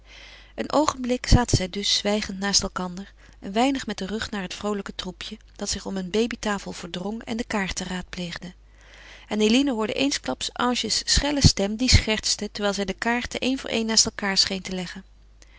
een oogenblik zaten zij dus zwijgend naast elkander een weinig met den rug naar het vroolijke troepje dat zich om een babytafel verdrong en de kaarten raadpleegde en eline hoorde eensklaps ange's schelle stem die schertste terwijl zij de kaarten een voor een naast elkaâr scheen te leggen